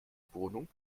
wohnung